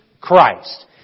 Christ